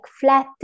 flat